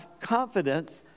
confidence